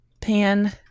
Pan